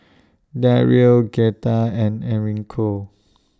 Daryle Greta and Enrico